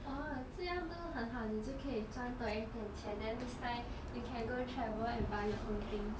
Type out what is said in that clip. orh 这样不是很好你就可以赚多一点钱 then next time you can go travel and buy your own things